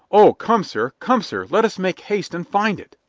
oh, come, sir come, sir let us make haste and find it!